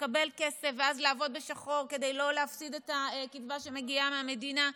לקבל כסף ואז לעבוד בשחור כדי לא להפסיד את הקצבה שמגיעה מהמדינה,